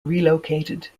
relocated